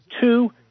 two